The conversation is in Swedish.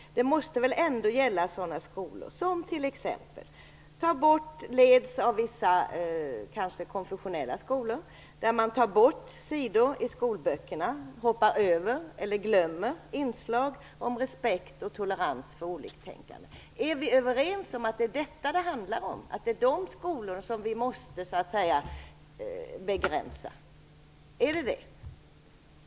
Det måste väl gälla sådana skolor, t.ex. vissa konfessionella skolor, där man tar bort sidor i skolböckerna, hoppar över eller glömmer bort inslag om respekt och tolerans för oliktänkande. Är vi överens om att det är detta det handlar om, dvs. att det är de skolorna som vi måste begränsa?